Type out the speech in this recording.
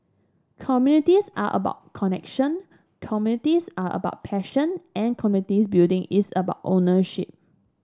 communities are about connection communities are about passion and communities building is about ownership